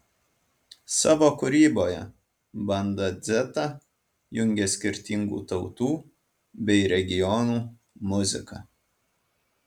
savo kūryboje banda dzeta jungia skirtingų tautų bei regionų muziką